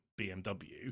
BMW